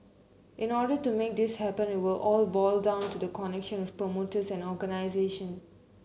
in the order to make this happen it will all boil down to the connections with promoters and organisation